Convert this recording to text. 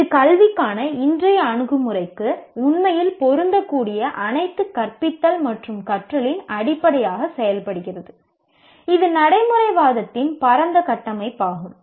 இது கல்விக்கான இன்றைய அணுகுமுறைக்கு உண்மையில் பொருந்தக்கூடிய அனைத்து கற்பித்தல் மற்றும் கற்றலின் அடிப்படையாக செயல்படுகிறது ஆனால் இது நடைமுறைவாதத்தின் பரந்த கட்டமைப்பாகும்